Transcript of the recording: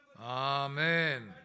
Amen